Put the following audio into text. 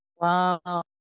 Wow